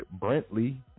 Brentley